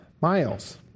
miles